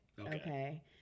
Okay